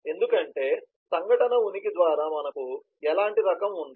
ఎందుకంటే సంఘటన ఉనికి ద్వారా మనకు ఎలాంటి రకం ఉంది